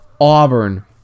Auburn